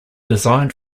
designed